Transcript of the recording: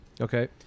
Okay